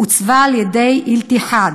עוצבה על-ידי "אל-איתיחאד"